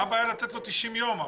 מה הבעיה לתת לו 90 ימים?